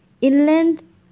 Inland